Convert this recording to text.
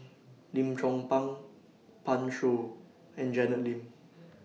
Lim Chong Pang Pan Shou and Janet Lim